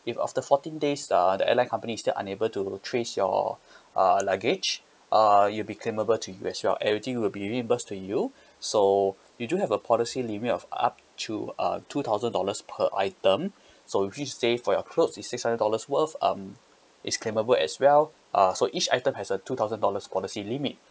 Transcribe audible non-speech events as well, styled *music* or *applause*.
if after fourteen days uh the airline company still unable to trace your *breath* uh luggage uh it'll be claimable to you as well everything will be reimbursed to you *breath* so you do have a policy limit of up to uh two thousand dollars per item *breath* so easy to say for your clothes is six hundred dollars worth um it's claimable as well uh so each item has a two thousand dollars policy limit